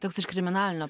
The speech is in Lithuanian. toks iš kriminalinio